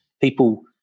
people